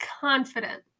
Confident